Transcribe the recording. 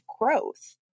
growth